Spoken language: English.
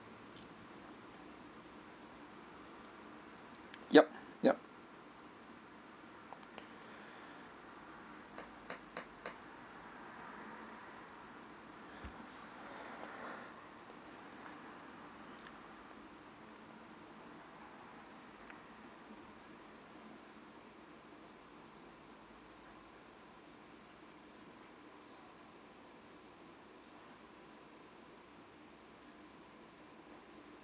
ya ya